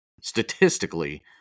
statistically